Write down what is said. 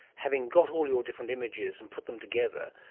having got all your different images and put them together,